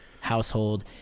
household